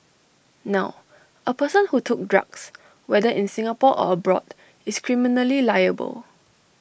now A person who took drugs whether in Singapore or abroad is criminally liable